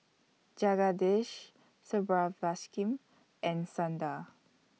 Jagadish and Sundar